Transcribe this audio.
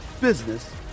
business